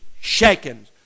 shaken